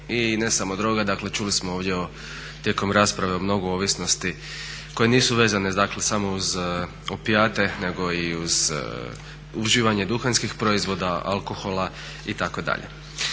I ne samo droga, dakle čuli smo ovdje tijekom rasprave o mnogo ovisnosti koje nisu vezane dakle samo uz opijate nego i uz uživanje duhanskih proizvoda, alkohola itd.